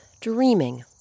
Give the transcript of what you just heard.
dreaming